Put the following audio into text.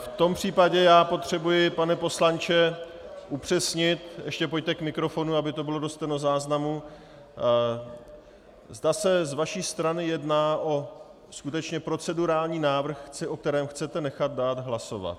V tom případě potřebuji, pane poslanče, upřesnit ještě pojďte k mikrofonu, aby to bylo do stenozáznamu zda se z vaší strany jedná skutečně o procedurální návrh, o kterém chcete nechat dát hlasovat.